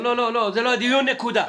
לא, זה לא הדיון, נקודה.